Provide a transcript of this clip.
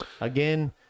again